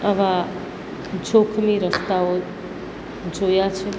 આવા જોખમી રસ્તાઓ જોયા છે